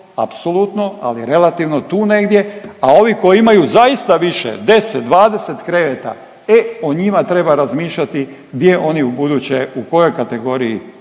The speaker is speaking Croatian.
apsolutno, ali relativno tu negdje, a ovi koji imaju zaista više 10-20 kreveta, e o njima treba razmišljati gdje oni ubuduće, u kojoj kategoriji